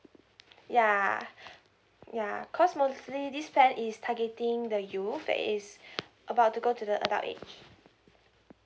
ya ya cause mostly this plan is targeting the youth that is about to go to the adult age